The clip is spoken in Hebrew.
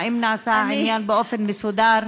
האם נעשה העניין באופן מסודר?